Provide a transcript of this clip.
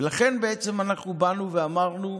ולכן בעצם אנחנו באנו ואמרנו,